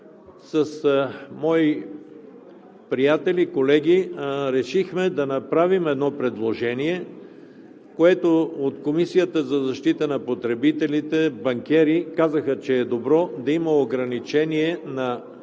с мои приятели, колеги, решихме да направим едно предложение, за което от Комисията за защита на потребителите – банкери, казаха, че е добре да има ограничение на